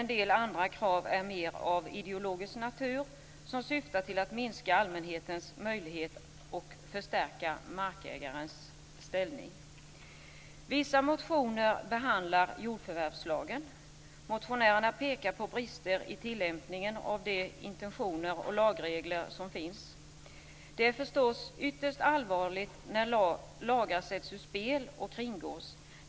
En del andra krav är mer av ideologisk natur och syftar till att minska allmänhetens möjligheter och förstärka markägarnas ställning. Vissa motioner behandlar jordförvärvslagen. Motionärerna pekar på brister i tillämpningen av de intentioner och lagregler som finns. Det är förstås ytterst allvarligt när lagar sätts ur spel och kringgås.